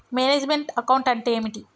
Manage meant account అంటే ఏమిటి?